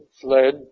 fled